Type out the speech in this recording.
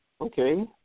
Okay